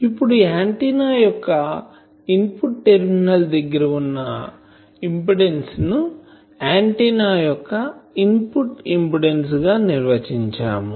ఇప్పుడు ఆంటిన్నా యొక్క input terminal దగ్గర ఉన్న ఇంపిడెన్సును ఆంటిన్నా యొక్క ఇన్ పుట్ ఇంపిడెన్సు గా నిర్వచించాము